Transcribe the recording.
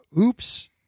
Oops